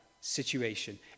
situation